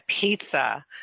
pizza